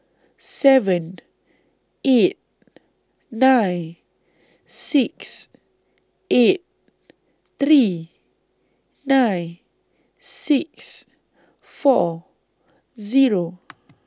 seven eight nine six eight three nine six four Zero